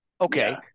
okay